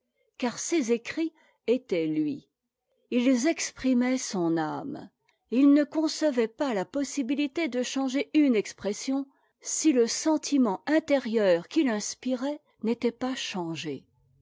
car ses écrits étaient lui ils exprimaient son âme et il ne concevait pas la possibilité de changer une expression si le sentiment intérieur qui l'inspirait n'était pas changé